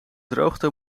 droogte